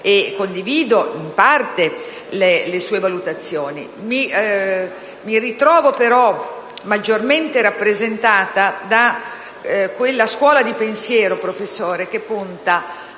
condivido le sue valutazioni. Mi ritrovo però maggiormente rappresentata da quella scuola di pensiero, professor Ichino, che punta